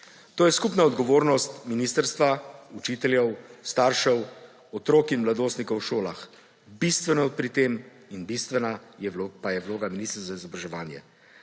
To je skupna odgovornost ministrstva, učiteljev, staršev, otrok in mladostnikov v šolah. Bistvena pri tem pa je vloga ministrstva za izobraževanje.